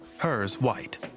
hers white.